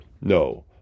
No